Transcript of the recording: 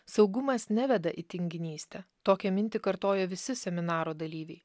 saugumas neveda į tinginystę tokią mintį kartojo visi seminaro dalyviai